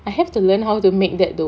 I have to learn how to make that though